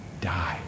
Die